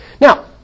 Now